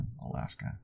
Alaska